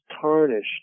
tarnished